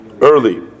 early